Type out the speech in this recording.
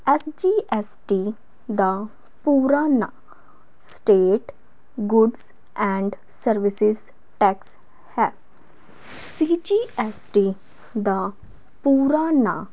SGST ਦਾ ਪੂਰਾ ਨਾਂ state goods and services tax ਹੈ ਸੀਜੀਐਸਟੀ ਦਾ ਪੂਰਾ ਨਾਂ